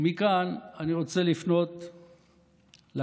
מכאן אני רוצה לפנות לאקטואליה.